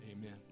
amen